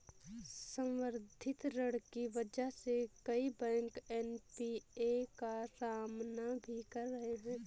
संवर्धित ऋण की वजह से कई बैंक एन.पी.ए का सामना भी कर रहे हैं